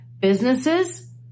Businesses